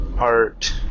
art